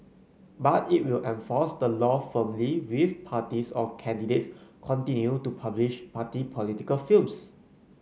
but it will enforce the law firmly if parties or candidates continue to publish party political films